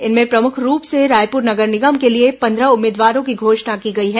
इनमें प्रमुख रूप से रायपुर नगर निगम के लिये पंद्रह उम्मीदवारों की घोषणा की गई है